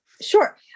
Sure